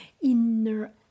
inner